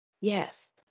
yes